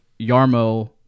Yarmo